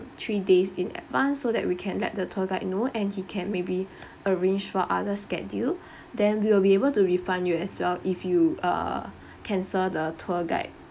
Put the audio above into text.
three days in advance so that we can let the tour guide you know and he can maybe arrange for other schedule then we will be able to refund you as well if you uh cancel the tour guide